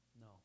No